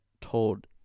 told